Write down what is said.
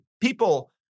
people